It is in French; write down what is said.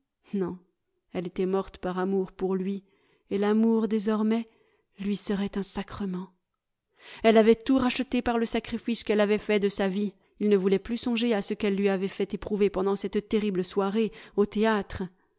non elle était morte par amour pour lui et l'amour désormais lui serait un sacrement elle avait tout racheté par le sacrifice qu elle avait fait de sa vie il ne voulait plus songer à ce qu'elle lui avait fait éprouver pendant cette terrible jsoirée au théâtre